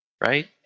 right